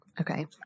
Okay